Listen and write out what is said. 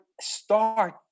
start